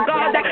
God